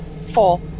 Four